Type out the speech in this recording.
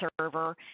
server